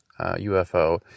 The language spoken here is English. UFO